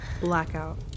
Blackout